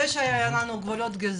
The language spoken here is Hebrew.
אלה גבולות הגזרה.